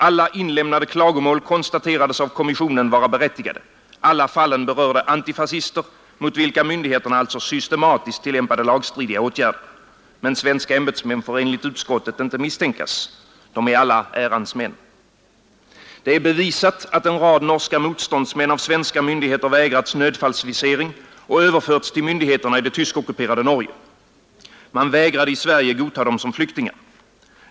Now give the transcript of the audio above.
Alla inlämnade klagomål konstaterades av kommissionen vara berättigade. Alla fallen berörde antifascister, mot vilka myndigheterna alltså systematiskt tillämpade lagstridiga åtgärder. Men svenska ämbetsmän får enligt utskottet inte misstänkas. De är alla ärans män. Det är bevisat att en rad norska motståndsmän av svenska myndigheter vägrats nödfallsvisering och överförts till myndigheterna i det tyskockuperade Norge. Man vägrade i Sverige godta dem som flyktingar.